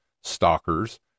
stalkers